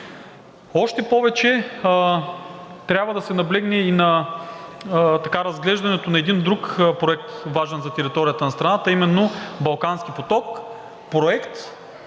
Още повече трябва да се наблегне и на разглеждането на един друг проект, важен за територията на страната, а именно Балкански поток